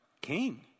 King